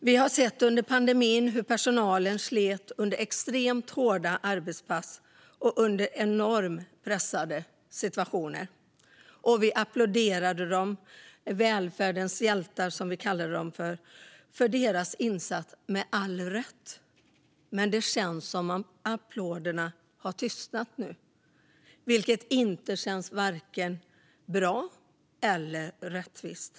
Under pandemin har vi sett hur personalen har slitit under extremt hårda arbetspass och under enormt pressade situationer. Vi applåderade välfärdens hjältar, som vi kallade dem, för deras insats, och vi gjorde det med all rätt. Men det känns som om applåderna nu har tystnat. Det känns inte vare sig bra eller rättvist.